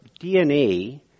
DNA